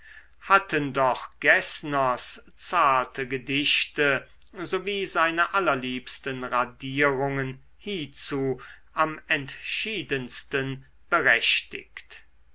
hatten doch geßners zarte gedichte sowie seine allerliebsten radierungen hiezu am entschiedensten berechtigt